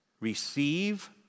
Receive